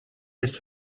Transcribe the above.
rest